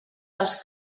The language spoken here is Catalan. els